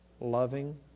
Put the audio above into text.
loving